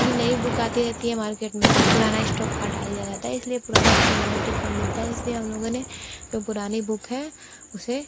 क्योंकि नई बुक आती रहती है मार्केट में और पुराना स्टॉक हटा दिया जाता है इसलिए पुराना स्टॉक बहुत ही कम मिलता है इसलिए हम लोगों ने जो पुरानी बुक है उसे